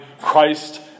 Christ